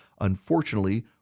unfortunately